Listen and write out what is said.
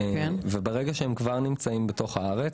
ברגע שהם כבר נמצאים בתוך הארץ,